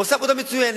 הוא עושה עבודה מצוינת,